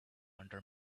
under